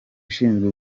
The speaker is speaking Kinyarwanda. ishinzwe